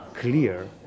clear